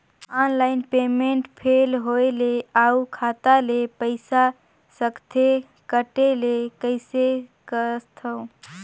Online payment fail होय ले अउ खाता ले पईसा सकथे कटे ले कइसे करथव?